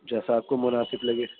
جیسا آپ کو مناسب لگے